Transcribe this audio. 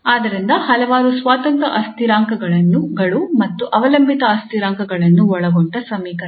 ಆದ್ದರಿಂದ ಹಲವಾರು ಸ್ವತಂತ್ರ ಅಸ್ಥಿರಾಂಕಗಳು ಮತ್ತು ಅವಲಂಬಿತ ಅಸ್ಥಿರಾಂಕಗಳನ್ನು ಒಳಗೊಂಡ ಸಮೀಕರಣ